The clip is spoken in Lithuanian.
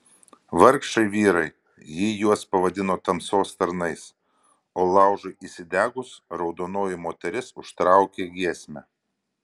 vargšai vyrai ji juos pavadino tamsos tarnais o laužui įsidegus raudonoji moteris užtraukė giesmę